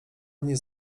nie